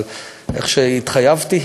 אבל כמו שהתחייבתי,